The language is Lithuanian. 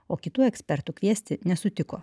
o kitų ekspertų kviesti nesutiko